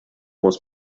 muss